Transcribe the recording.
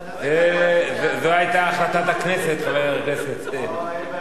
זו היתה החלטת הכנסת, חבר הכנסת והבה.